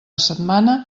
setmana